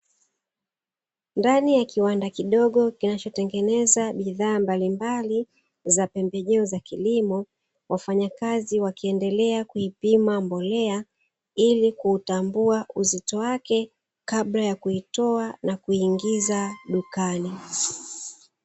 Ndani ya kiwanda kidogo kinachotengeneza bidhaa mbalimbali za pembejeo za kilimo, wafanyakazi wakiendelea kuipima mbolea ili kutambua uzito wake kabla ya kuitoa na kuiingiza dukani.